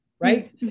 Right